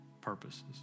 purposes